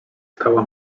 stała